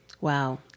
wow